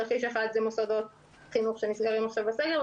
תרחיש אחד הוא מוסדות חינוך שנסגרים עכשיו בסגר,